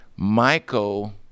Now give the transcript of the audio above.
Michael